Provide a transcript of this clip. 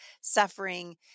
suffering